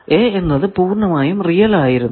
A എന്നത് പൂർണമായും real ആയിരുന്നു